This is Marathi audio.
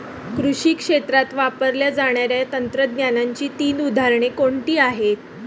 कृषी क्षेत्रात वापरल्या जाणाऱ्या तंत्रज्ञानाची तीन उदाहरणे कोणती आहेत?